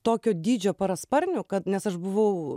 tokio dydžio parasparnių kad nes aš buvau